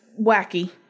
wacky